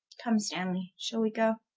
come stanley, shall we goe?